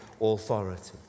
authority